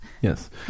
Yes